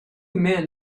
men